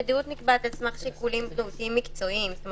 השיקולים צריכים להיות מקצועיים.